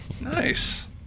Nice